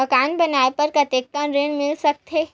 मकान बनाये बर कतेकन ऋण मिल सकथे?